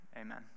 amen